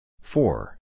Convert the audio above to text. four